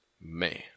Man